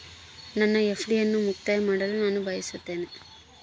ನನ್ನ ಎಫ್.ಡಿ ಅನ್ನು ಮುಕ್ತಾಯ ಮಾಡಲು ನಾನು ಬಯಸುತ್ತೇನೆ